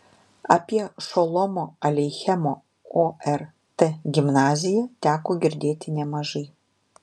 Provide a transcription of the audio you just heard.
apie šolomo aleichemo ort gimnaziją teko girdėti nemažai